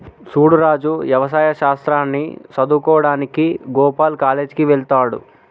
సూడు రాజు యవసాయ శాస్త్రాన్ని సదువువుకోడానికి గోపాల్ కాలేజ్ కి వెళ్త్లాడు